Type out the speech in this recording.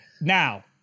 now